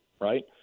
right